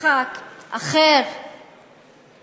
משחק אחר שמנסים,